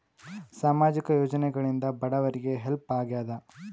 ಸಾಮಾಜಿಕ ಯೋಜನೆಗಳಿಂದ ಬಡವರಿಗೆ ಹೆಲ್ಪ್ ಆಗ್ಯಾದ?